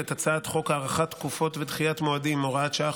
את הצעת חוק הארכת תקופות ודחיית מועדים (הוראת שעה,